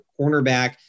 cornerback